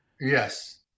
Yes